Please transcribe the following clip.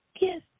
yes